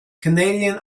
canadian